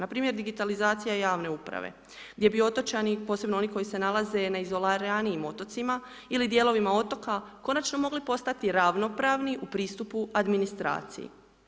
Npr. digitalizacija javne uprave, gdje bi otočani, posebno oni koji se nalaze na izoliranijim otocima ili dijelovima otoka, konačno mogli postati ravnopravni u pristupu administraciji.